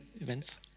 events